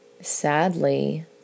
sadly